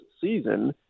season